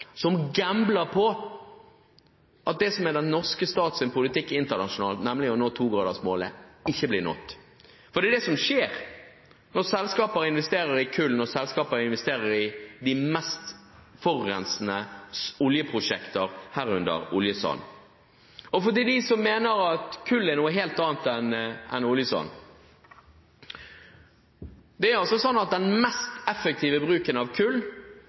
som gambler på at det som er den norske stats politikk internasjonalt, nemlig å nå togradersmålet, ikke blir nådd? For det er det som skjer når selskaper investerer i kull, når selskaper investerer i de mest forurensende oljeprosjekter, herunder oljesand. Til dem som mener at kull er noe helt annet enn oljesand: Det er slik at med den mest effektive bruken av kull